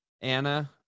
Anna